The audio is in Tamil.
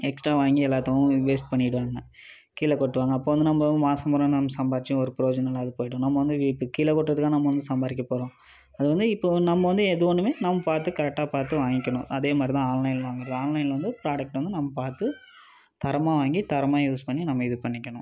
எக்ஸ்ட்ரா வாங்கி எல்லாத்தயும் வேஸ்ட் பண்ணிவிடுவாங்க கீழே கொட்டுவாங்க அப்போ வந்து நம்ம மாதம் பூராக நம்ம சம்பாரித்தும் ஒரு பிரோஜனம் இல்லாத போயிடும் நம்ம வந்து கீழே கொட்டுறதுக்கா நம்ம வந்து சம்பாதிக்க போகிறோம் அது வந்து இப்போது நம்ம வந்து எது வேணுமோ நம்ம பார்த்து கரெட்டாக பார்த்து வாங்கிக்கணும் அதே மாதிரி தான் ஆன்லைனில் வாங்குவது ஆன்லைனில் வந்து ப்ராடெக்ட்டு வந்து நம்ம பார்த்து தரமாக வாங்கி தரமாக யூஸ் பண்ணி நம்ம இது பண்ணிக்கணும்